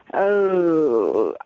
oh.